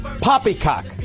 Poppycock